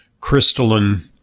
crystalline